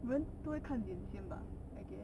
人不会看脸先 bah I guess